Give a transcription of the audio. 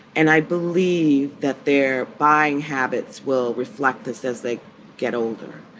and i believe that their buying habits will reflect this as they get older.